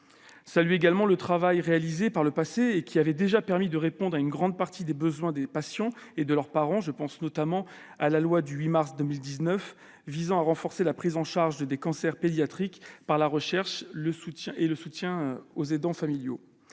Je salue ensuite le travail réalisé par le passé, qui a déjà permis de répondre en grande partie aux besoins des patients et de leurs parents. Je citerai ainsi la loi du 8 mars 2019 visant à renforcer la prise en charge des cancers pédiatriques par la recherche, le soutien aux aidants familiaux,